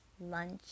lunch